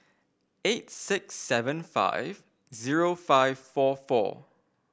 eight six seven five zero five four four